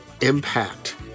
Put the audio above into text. impact